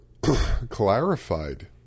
clarified